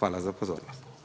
Hvala za pozornost.